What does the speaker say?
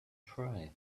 try